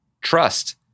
trust